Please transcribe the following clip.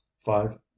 five